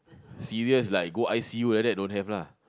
serious like go i_c_u like that don't have lah